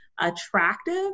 attractive